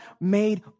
made